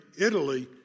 Italy